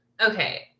Okay